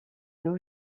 nos